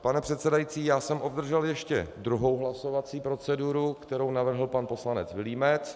Pane předsedající, já jsem obdržel ještě druhou hlasovací proceduru, kterou navrhl pan poslanec Vilímec.